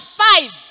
five